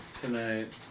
tonight